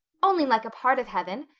only like a part of heaven.